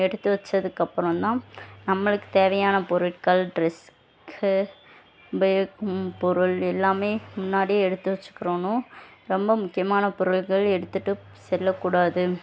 எடுத்து வச்சதுக்கு அப்புறம் தான் நம்மளுக்கு தேவையான பொருட்கள் ட்ரெஸ்க்கு பேக் பொருள் எல்லாமே முன்னாடியே எடுத்து வச்சுக்கிறணும் ரொம்ப முக்கியமான பொருள்கள் எடுத்துகிட்டு செல்ல கூடாது